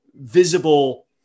visible